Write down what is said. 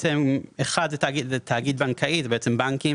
תאגיד בנקאי - אלה בעצם בנקים.